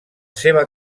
seva